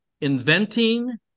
Inventing